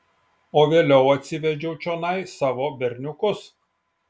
o vėliau atsivedžiau čionai savo berniukus